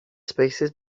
spaces